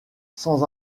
sans